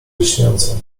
lśniące